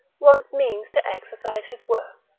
wants means to exercise his worth,